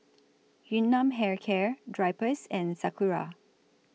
Yun Nam Hair Care Drypers and Sakura